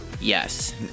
Yes